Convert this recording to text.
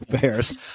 Bears